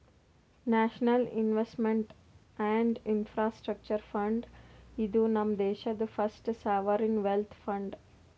national investment and infrastructure fund, ಇದು ನಮ್ ದೇಶಾದು ಫಸ್ಟ್ ಸಾವರಿನ್ ವೆಲ್ತ್ ಫಂಡ್